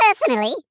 personally